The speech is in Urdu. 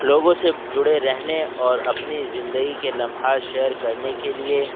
لوگوں سے جڑے رہنے اور اپنی زندگی کے لمحات شیئر کرنے کے لیے